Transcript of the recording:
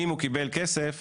אם הוא קיבל כסף